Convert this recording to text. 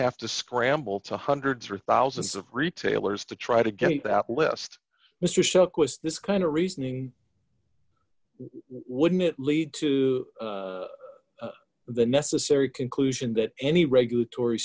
have to scramble to hundreds or thousands of retailers to try to get that list mr shuck was this kind of reasoning wouldn't it lead to the necessary conclusion that any regulatory